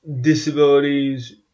disabilities